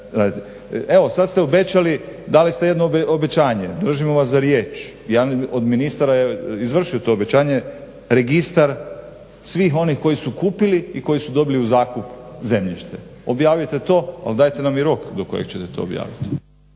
Evo, sad ste obećali, dali ste jedno obećanje. Držimo vas za riječ. Jedan od ministara je izvršio to obećanje, registar svih onih koji su kupili i koji su dobili u zakup zemljište. Objavite to, ali dajte nam i rok do kojeg ćete to objaviti.